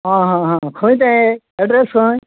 आं हा हा खंय तें एड्रॅस खंय